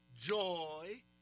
joy